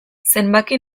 zenbaki